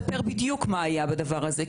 בוועדה ויספר בדיוק מה היה בדבר הזה,